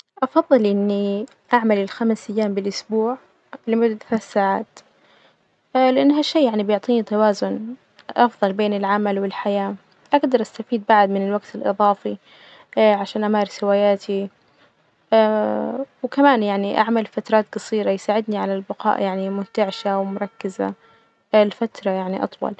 أفظل إني أعمل الخمس أيام بالأسبوع لمدة ثلاث ساعات لإنها شي يعني بيعطيني توازن أفظل بين العمل والحياة، أجدر أستفيد بعد من الوقت الإظافي عشان أمارس هواياتي وكمان يعني أعمل فترات جصيرة يساعدني على البقاء يعني منتعشة ومركزة لفترة يعني أطول.